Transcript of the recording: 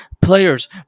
players